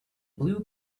blue